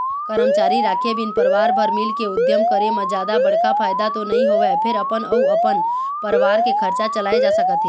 करमचारी राखे बिन परवार भर मिलके उद्यम करे म जादा बड़का फायदा तो नइ होवय फेर अपन अउ अपन परवार के खरचा चलाए जा सकत हे